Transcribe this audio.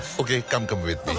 okay. come, come with